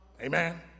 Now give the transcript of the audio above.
Amen